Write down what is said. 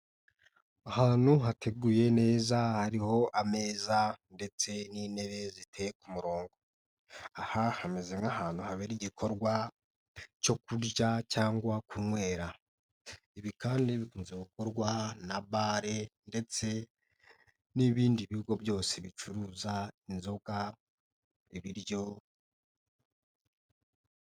Ahantu hateguye neza hariho ameza ndetse n'intebe ziteye ku umurongo. Aha hameze nk'ahantu habera igikorwa cyo kurya cyangwa kunywera. Ibi kandi bikunze gukorwa na bale ndetse n'ibindi bigo byose bicuruza inzoga, ibiryo.